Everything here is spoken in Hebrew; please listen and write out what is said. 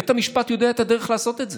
בית המשפט יודע את הדרך לעשות את זה.